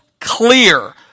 clear